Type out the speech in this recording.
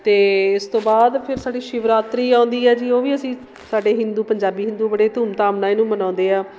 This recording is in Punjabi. ਅਤੇ ਇਸ ਤੋਂ ਬਾਅਦ ਫਿਰ ਸਾਡੀ ਸ਼ਿਵਰਾਤਰੀ ਆਉਂਦੀ ਹੈ ਜੀ ਉਹ ਵੀ ਅਸੀਂ ਸਾਡੇ ਹਿੰਦੂ ਪੰਜਾਬੀ ਹਿੰਦੂ ਬੜੇ ਧੂਮ ਧਾਮ ਨਾਲ਼ ਇਹਨੂੰ ਮਨਾਉਂਦੇ ਆ